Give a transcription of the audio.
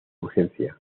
urgencia